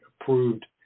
approved